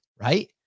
right